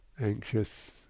anxious